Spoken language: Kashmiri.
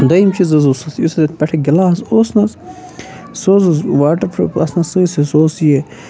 دٔیِم چیٖز حظ اوس اَتھ یُس اَتھ گِلاس پٮ۪ٹھٕ اوس نہ سُہ حظ اوس واٹَرپروٗف آسنَس سۭتۍ سۭتۍ سُہ اوس یہِ